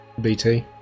BT